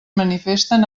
manifesten